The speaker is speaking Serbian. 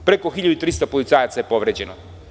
Preko 1.300 policajaca je povređeno.